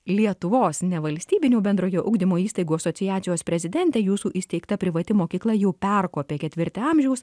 lietuvos nevalstybinių bendrojo ugdymo įstaigų asociacijos prezidentė jūsų įsteigta privati mokykla jau perkopė ketvirtį amžiaus